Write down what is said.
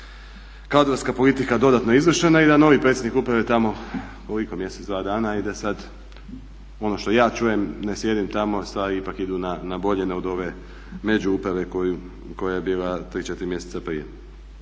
kadrovska politika dodatno izvršena i da je novi predsjednik uprave tamo koliko mjesec-dva dana i da sad, ono što ja čujem, ne sjedim tamo, stvari ipak idu na bolje od ove međuuprave koja je bila 3-4 mjeseca prije.